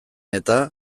eta